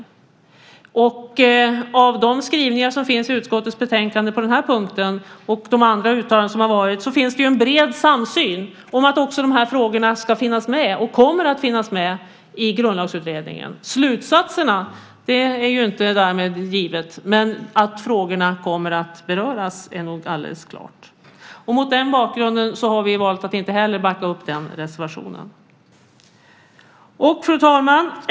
Att döma av de skrivningar som finns i utskottets betänkande på den här punkten och de andra uttalanden som har gjorts finns det en bred samsyn om att också de här frågorna ska finnas med och kommer att finnas med i Grundlagsutredningen. Slutsatserna är inte därmed givna, men att frågorna kommer att beröras är nog alldeles klart. Mot den bakgrunden har vi valt att inte heller backa upp den reservationen. Fru talman!